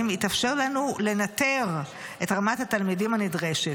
יתאפשר לנו לנטר את רמת התלמידים הנדרשת.